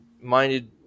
minded